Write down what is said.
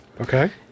Okay